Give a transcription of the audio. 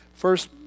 First